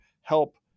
help